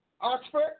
Oxford